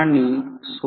तर ते V1 असेल